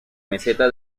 meseta